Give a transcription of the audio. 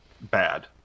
Bad